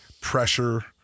pressure